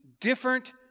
different